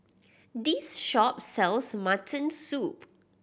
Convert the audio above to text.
this shop sells mutton soup